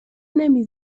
نمی